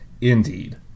Indeed